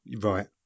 right